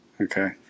Okay